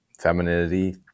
femininity